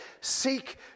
Seek